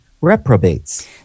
reprobates